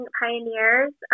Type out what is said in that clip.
pioneers